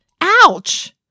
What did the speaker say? ouch